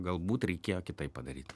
galbūt reikėjo kitaip padaryt